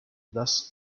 thus